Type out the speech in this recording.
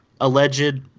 alleged